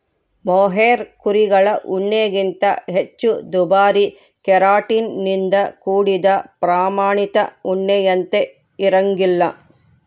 mohair ಕುರಿಗಳ ಉಣ್ಣೆಗಿಂತ ಹೆಚ್ಚು ದುಬಾರಿ ಕೆರಾಟಿನ್ ನಿಂದ ಕೂಡಿದ ಪ್ರಾಮಾಣಿತ ಉಣ್ಣೆಯಂತೆ ಇರಂಗಿಲ್ಲ